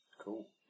Cool